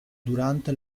durante